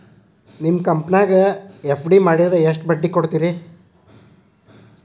ನಿಮ್ಮ ಕಂಪನ್ಯಾಗ ಎಫ್.ಡಿ ಮಾಡಿದ್ರ ಎಷ್ಟು ಬಡ್ಡಿ ಕೊಡ್ತೇರಿ?